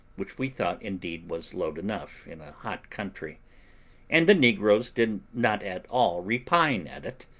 which we thought indeed was load enough in a hot country and the negroes did not at all repine at it,